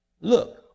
look